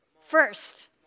first